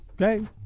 Okay